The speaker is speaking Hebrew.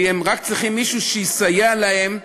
הם רק צריכים מישהו שיסייע להם,